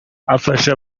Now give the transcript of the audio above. afasha